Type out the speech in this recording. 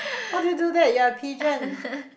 how do you do that you're a pigeon